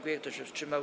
Kto się wstrzymał?